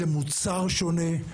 זה מוצר שונה.